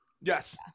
Yes